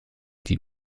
die